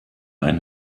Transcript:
ein